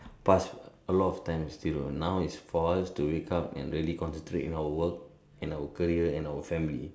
pass a lot times Thiru now is force to wake up and really concentrate to our work to our career and our family